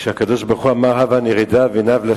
כשהקדוש-ברוך-הוא אמר: "הבה נרדה ונבלה